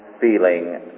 feeling